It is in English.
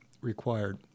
required